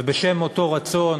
ובשם אותו רצון